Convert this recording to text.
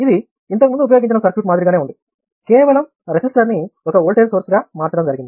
ఇది ఇంతకు ముందు ఉపయోగించిన సర్క్యూట్ మాదిరిగానే ఉంది కేవలం రెసిస్టర్ ని ఒక వోల్టేజ్ సోర్స్ గా మార్చడం జరిగింది